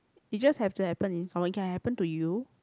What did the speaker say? it just have to happen in someone it can happen to you